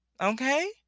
Okay